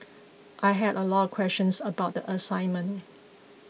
I had a lot of questions about the assignment